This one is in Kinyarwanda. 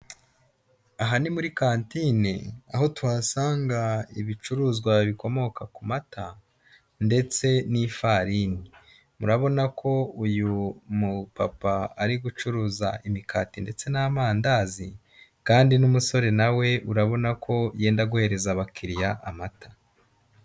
Aha ni muri kantine, aho tuhasanga ibicuruzwa bikomoka ku mata ndetse n'ifarini, murabona ko uyu mupapa ari gucuruza imikati ndetse n'amandazi kandi n'umusore na we murabona ko yenda guhereza abakiliya amata.